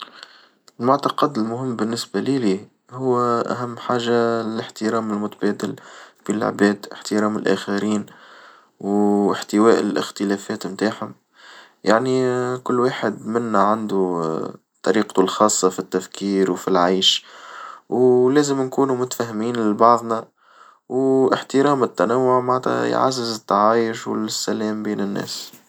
المعتقد المهم بالنسبة ليلي هو أهم حاجة الاحترام المتبادل بين العباد احترام الآخرين واحتواء الخلافات متاعهم يعني كل واحد منا عنده طريقته الخاصة في التفكير وفي العيش، ولازم نكون متفاهمين لبعظنا واحترام التنوع معناتها يعزز التعايش والسلام بين الناس.